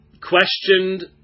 questioned